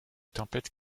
tempêtes